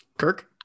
Kirk